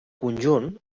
conjunt